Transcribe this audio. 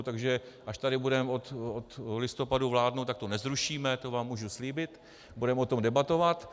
Takže až tady budeme od listopadu vládnout, tak to nezrušíme, to vám můžu slíbit, budeme o tom debatovat.